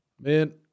Man